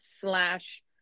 slash